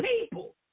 people